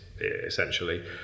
essentially